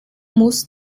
muss